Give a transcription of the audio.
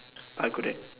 I couldn't